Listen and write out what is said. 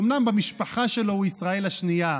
אומנם במשפחה שלו הוא ישראל השנייה,